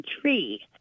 tree